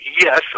Yes